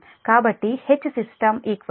కాబట్టి Hsystem Gmachine HmachineGsystem